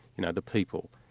you know the people.